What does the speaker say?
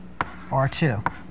R2